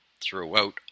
throughout